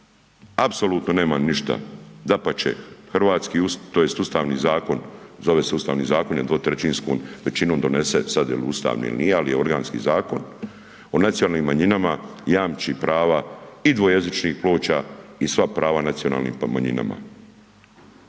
apsolutno nemam ništa, dapače, hrvatski, tj. ustavni zakon, zove se ustavni zakon jer je dvotrećinskom većinom donesen, sad, je li ustavni ili nije, ali je organski zakon o nacionalnim manjinama jamči prava i dvojezičnih ploča i sva prava nacionalnih manjina.